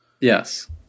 Yes